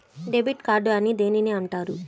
Debit card అని దేనిని అంటారు?